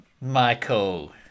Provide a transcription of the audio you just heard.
Michael